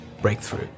breakthrough